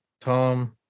Tom